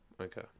Okay